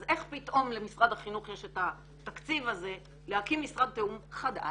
אז איך פתאום למשרד החינוך יש את התקציב הזה להקים משרד תיאום חדש